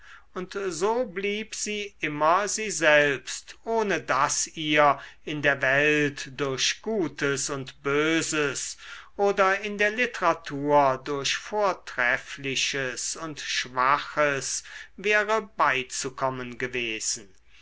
und so blieb sie immer sie selbst ohne daß ihr in der welt durch gutes und böses oder in der literatur durch vortreffliches und schwaches wäre beizukommen gewesen